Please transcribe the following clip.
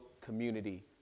Community